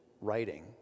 writing